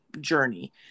journey